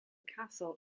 castle